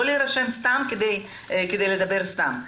לא להירשם סתם כדי לדבר סתם,